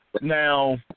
Now